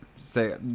Say